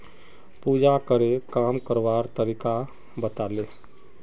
पूजाकरे काम करवार तरीका बताले